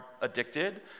addicted